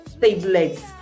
tablets